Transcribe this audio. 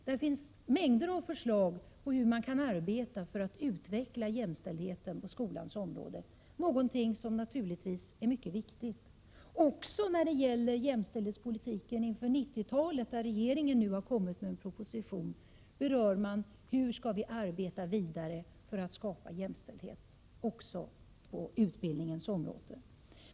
Där finns mängder med förslag till hur man kan arbeta för att utveckla jämställdheten på skolans 79 område — något som är mycket viktigt. I den proposition om jämställdhetspolitiken inför 90-talet som regeringen nu har kommit med berörs hur vi skall arbeta för att skapa jämställdhet också på utbildningens område.